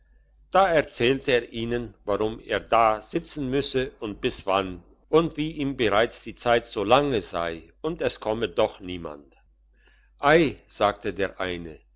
da erzählte er ihnen warum er da sitzen müsse und bis wann und wie ihm bereits die zeit so lange sei und es komme doch niemand ei sagte der eine